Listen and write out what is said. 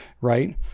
right